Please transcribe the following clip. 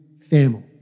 family